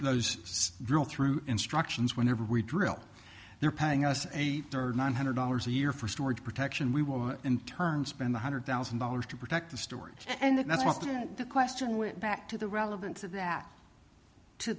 those drill through instructions whenever we drill they're paying us eight hundred nine hundred dollars a year for storage protection we will in turn spend one hundred thousand dollars to protect the storage and that's the question we're back to the relevance of